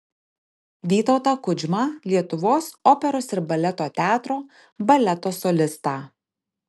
vytautą kudžmą lietuvos operos ir baleto teatro baleto solistą